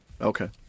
Okay